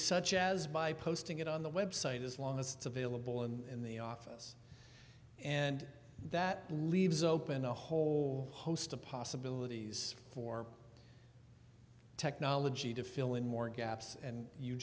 such as by posting it on the website as long as it's available in the office and that leaves open a whole host of possibilities for technology to fill in more gaps and you